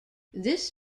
this